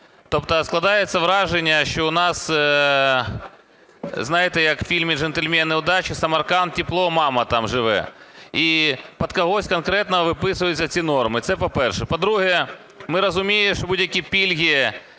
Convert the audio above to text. Тобто складається враження, що в нас, знаєте, як у фільмі "Джентльмени удачі": Самарканд – тепло, мама там живе. І під когось конкретно виписуються ці норми. Це по-перше. По-друге, ми розуміємо, що будь-які пільги